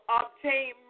obtain